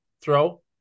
throw